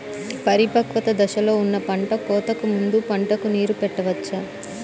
పరిపక్వత దశలో ఉన్న పంట కోతకు ముందు పంటకు నీరు పెట్టవచ్చా?